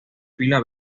pila